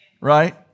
right